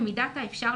במידת האפשר,